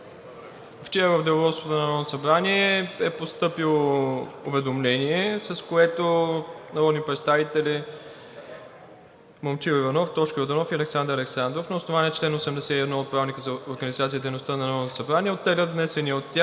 Вчера в Деловодството на Народното събрание е постъпило уведомление, с което народните представители Момчил Иванов, Тошко Йорданов и Александър Александров на основание чл. 81 от Правилника за организацията и дейността на Народното събрание оттеглят внесения от тях